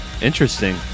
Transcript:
Interesting